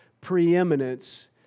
preeminence